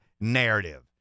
narrative